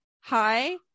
hi